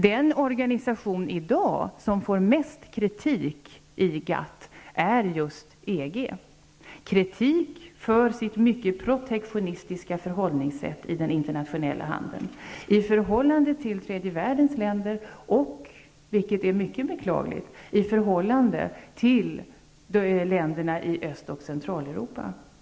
Den organisation som i dag får mest kritik i GATT är just EG. EG får kritik för sitt mycket protektionistiska förhållningssätt i den internationella handeln gentemot tredje världens länder och, vilket är mycket beklagligt, länderna i Öst och Centraleuropa.